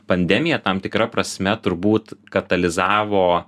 pandemija tam tikra prasme turbūt katalizavo